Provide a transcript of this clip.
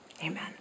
Amen